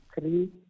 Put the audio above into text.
three